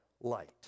Light